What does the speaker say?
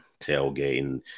tailgating